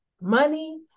money